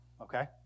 okay